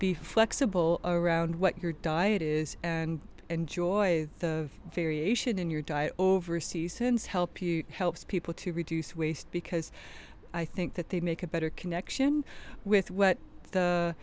be flexible around what your diet is and enjoy the variation in your diet overseas since help helps people to reduce waste because i think that they make a better connection with what the